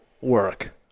work